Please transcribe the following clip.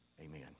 Amen